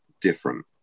different